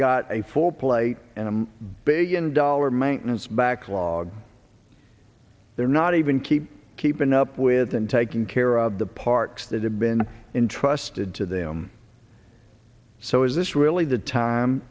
got a full plate and begun dollar maintenance backlog they're not even keep keeping up with and taking care of the parks that have been intrusted to them so is this really the time